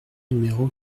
numéro